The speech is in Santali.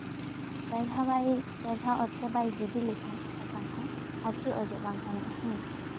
ᱯᱮ ᱫᱷᱟᱣ ᱵᱟᱭ ᱯᱮ ᱫᱷᱟᱣ ᱚᱛᱨᱮ ᱵᱟᱭ ᱜᱤᱰᱤ ᱞᱮᱠᱷᱟᱱ ᱥᱟᱥᱟᱝ ᱦᱚᱸ ᱟᱨᱠᱤ ᱚᱡᱚᱜ ᱵᱟᱝ ᱜᱟᱱᱚᱜᱼᱟ ᱦᱮᱸ